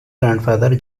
grandfather